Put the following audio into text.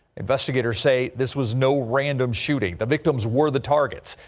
investigators say this was no random shooting the victims were the targets.